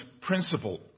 principle